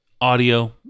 audio